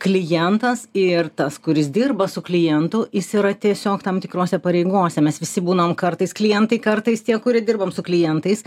klientas ir tas kuris dirba su klientu jis yra tiesiog tam tikrose pareigose mes visi būnam kartais klientai kartais tie kurie dirbam su klientais